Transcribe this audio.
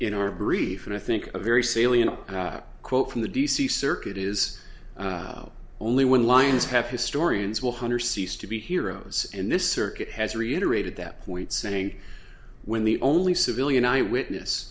in our brief and i think a very salient quote from the d c circuit is only when lions have historians will hunter cease to be heroes and this circuit has reiterated that point saying when the only civilian eyewitness